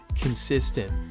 consistent